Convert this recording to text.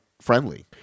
friendly